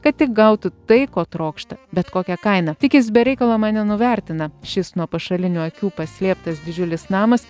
kad tik gautų tai ko trokšta bet kokia kaina tik jis be reikalo mane nuvertina šis nuo pašalinių akių paslėptas didžiulis namas